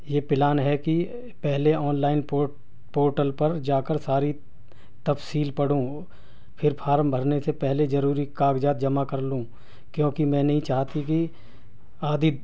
یہ پلان ہے کہ پہلے آن لائن پورٹل پر جا کر ساری تفصیل پڑھوں پھر فارم بھرنے سے پہلے ضروری کاغذات جمع کر لوں کیونکہ میں نہیں چاہتی کہ آدھی